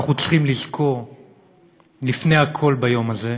אנחנו צריכים לזכור לפני הכול ביום הזה